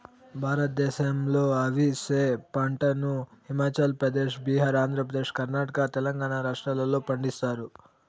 భారతదేశంలో అవిసె పంటను హిమాచల్ ప్రదేశ్, బీహార్, ఆంధ్రప్రదేశ్, కర్ణాటక, తెలంగాణ రాష్ట్రాలలో పండిస్తారు